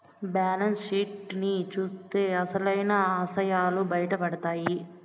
balance sheet ని చూత్తే అసలైన ఇసయాలు బయటపడతాయి